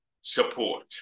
support